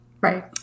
Right